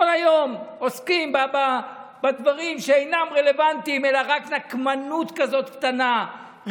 כל היום עוסקים בדברים שאינם רלוונטיים אלא רק נקמנות כזאת קטנה,